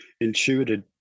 intuited